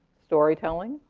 storytelling,